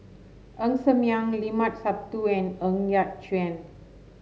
Ng Ser Miang Limat Sabtu and Ng Yat Chuan